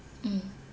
mm